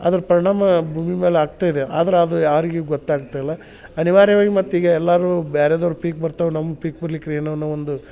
ಅದ್ರ ಪರಿಣಾಮ ಭೂಮಿ ಮೇಲೆ ಆಗ್ತಾಯಿದೆ ಆದ್ರೆ ಅದು ಯಾರಿಗೆ ಗೊತ್ತಾಗ್ತಾ ಇಲ್ಲ ಅನಿವಾರ್ಯವಾಗಿ ಮತ್ತೆ ಈಗ ಎಲ್ಲಾರು ಬ್ಯಾರೆದವ್ರ ಪೀಕ್ ಬರ್ತವ್ ನಮ್ದು ಪೀಕ್ ಬರ್ಲಿಕ್ರ ಏನನೋ ಒಂದು